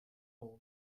outra